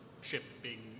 shipping